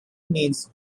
means